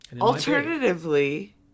Alternatively